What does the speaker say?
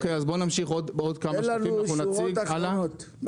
תן לנו שורות אחרונות.